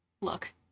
look